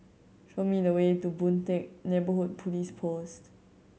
show me the way to Boon Teck Neighbourhood Police Post